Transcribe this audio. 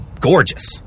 gorgeous